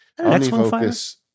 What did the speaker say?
OmniFocus